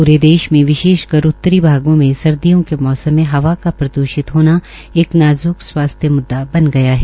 pray देश में विशेषकर उत्तरी भागों में सर्दियों के मौसम में हवा का प्रद्रषित होना एक नाज्क स्वास्थ्य मुद्दा बन गया है